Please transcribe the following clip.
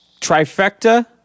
Trifecta